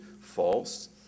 false